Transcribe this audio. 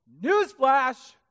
Newsflash